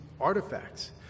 artifacts